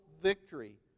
victory